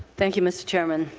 thank you, mr. chairman.